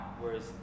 Whereas